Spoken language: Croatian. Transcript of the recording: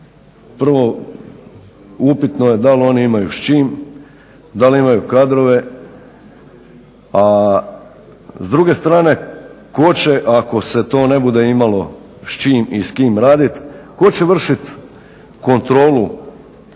prvo upitno je da li oni imaju s čim, da li imaju kadrove, a s druge strane tko će ako se to ne bude imalo s kim i s čim raditi? tko će vršiti kontrolu